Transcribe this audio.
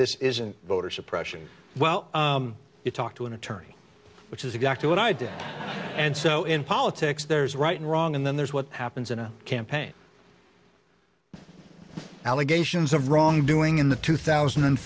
this isn't voter suppression well you talk to an attorney which is exactly what i did and so in politics there's right and wrong and then there's what happens in a campaign allegations of wrongdoing in the two thousand and